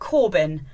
Corbyn